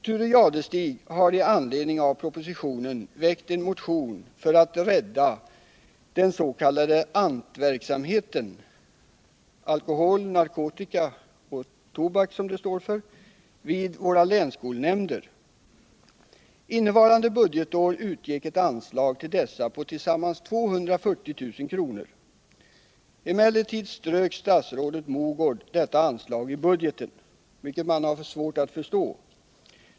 Thure Jadestig har i anledning av propositionen väckt en motion för att rädda den s.k. ANT-verksamheten — som står för alkohol, narkotika och tobak — vid länsskolnämnderna. Innevarande budgetår utgick ett anslag till dessa på tillsammans 240 000 kr. Emellertid strök statsrådet Mogård detta anslag i budgeten — vilket man har svårt att förstå.